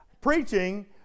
preaching